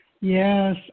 Yes